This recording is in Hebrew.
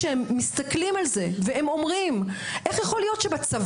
כשהם מסתכלים על זה ואומרים: "איך יכול להיות שבצבא,